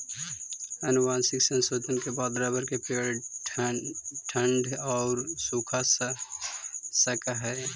आनुवंशिक संशोधन के बाद रबर के पेड़ ठण्ढ औउर सूखा सह सकऽ हई